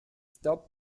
stop